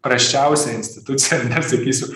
prasčiausią instituciją ar ne sakysiu